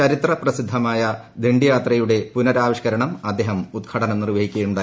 ചരിത്ര പ്രസിദ്ധമായ ദണ്ഡിയാത്രയുടെ പുനരാവിഷ്ക്കരണം അദ്ദേഹം ഉദ്ഘാടനം നിർവ്വഹിക്കുകയുണ്ടായി